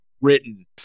written